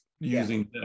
using